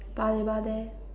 Paya-Lebar there